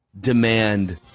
demand